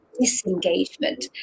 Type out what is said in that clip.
disengagement